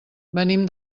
venim